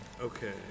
Okay